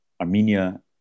Armenia